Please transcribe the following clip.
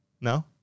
No